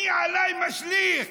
אני עליי משליך.